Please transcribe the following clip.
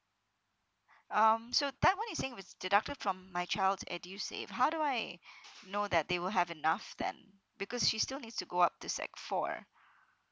um that one you were saying it's deducted from my child's edusave how do I know that they will have enough then because she still needs to go up to sec four